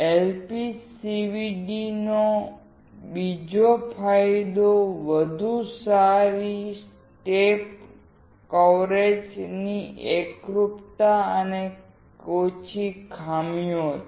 LPCVD નો બીજો ફાયદો વધુ સારી સ્ટેપ કવરેજ ફિલ્મ એકરૂપતા અને ઓછી ખામીઓ છે